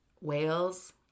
Whales